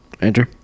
Andrew